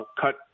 cut